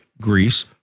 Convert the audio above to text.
Greece